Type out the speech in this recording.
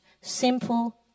simple